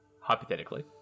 hypothetically